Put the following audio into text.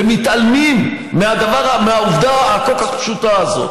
ומתעלמים מהעובדה הכל-כך פשוטה הזאת.